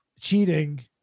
cheating